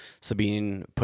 Sabine